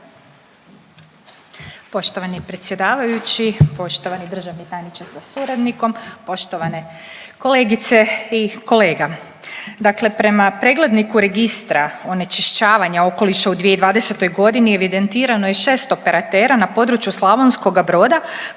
Poštovani predsjedavajući, poštovani državni tajniče sa suradnikom, poštovane kolegice i kolega. Dakle prema pregledniku registra onečišćavanja okoliša u 2020. godini evidentirano je 6 operatera na području Slavonskoga Broda